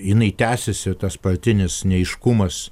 jinai tęsiasi tas partinis neaiškumas